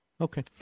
Okay